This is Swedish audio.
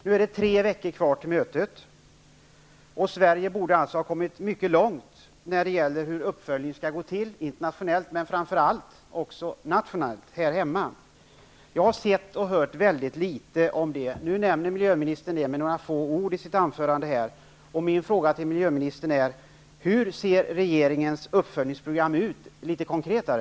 Nu är det tre veckor kvar till mötet, och Sverige borde alltså ha kommit mycket långt i sin planering för hur uppföljningen skall gå till internationellt och -- framför allt -- nationellt, här hemma. Jag har sett och hört väldigt litet om detta uppföljningsarbete. Nu nämner miljöministern det med några få ord i sitt anförande. Min fråga till miljöministern är: Hur ser regeringens uppföljningsprogram ut, litet konkretare?